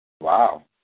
Wow